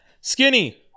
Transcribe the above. Skinny